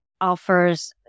offers